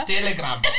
Telegram